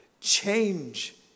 Change